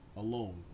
alone